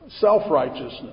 Self-righteousness